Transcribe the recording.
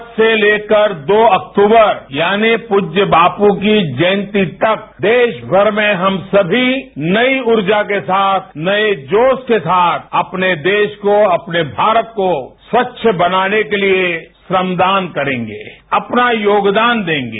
आज से लेकर दो अक्टूबर यानी प्रज्य बापू की जयंती तक देशमर में हम सभी नई ऊर्जा के साथ नए जोश के साथ अपने देश को अपने भारत को सच्छ बनाने के लिए श्रमदान करेंगे अपना योगदान देंगे